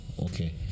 okay